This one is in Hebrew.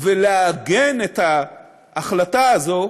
ולעגן את ההחלטה הזו